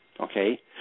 okay